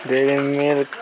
dairy milk